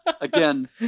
Again